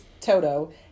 Toto